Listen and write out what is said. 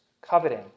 coveting